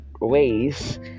ways